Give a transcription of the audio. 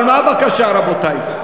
אבל מה הבקשה, רבותי?